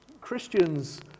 Christians